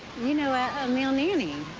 you know, a male nanny.